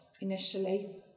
initially